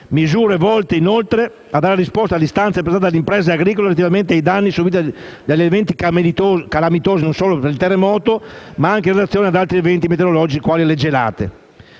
misure volte inoltre a dare risposta alle istanze presentate dalle imprese agricole relativamente ai danni subiti da eventi calamitosi, non solo per il terremoto, ma anche in relazione ad altri eventi meteorologici quali le gelate.